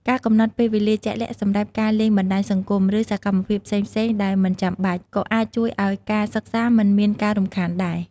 ការកំណត់ពេលវេលាជាក់លាក់សម្រាប់ការលេងបណ្ដាញសង្គម ឬសកម្មភាពផ្សេងៗដែលមិនចាំបាច់ ក៏អាចជួយឲ្យការសិក្សាមិនមានការរំខានដែរ។